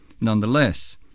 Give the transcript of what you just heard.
nonetheless